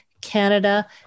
Canada